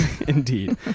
Indeed